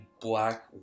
black